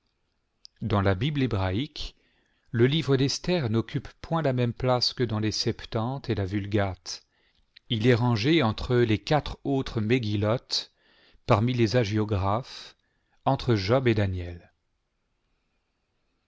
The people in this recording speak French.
dans la bible hébraïque le livre d'esther n'occupe point la même place que dans les septante et la vulgate il est rangé avec les quatre autres m'gillot parmi les hagiographes entre job et